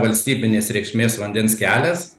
valstybinės reikšmės vandens kelias